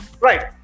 right